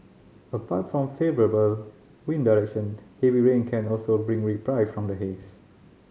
apart from favourable wind direction heavy rain can also bring reprieve from the haze